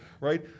right